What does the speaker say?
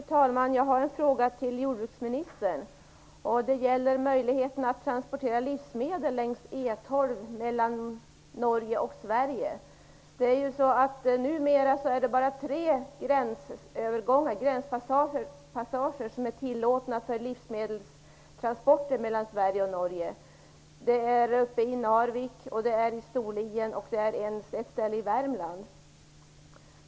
Fru talman! Jag har en fråga till jordbruksministern. Den gäller möjligheten att transportera livsmedel längs E12 mellan Norge och Sverige. Numera är det bara tre gränspassager som är tilllåtna för livsmedelstransporter mellan Sverige och Norge. Det är uppe i Narvik, i Storlien och på ett ställe i Värmland.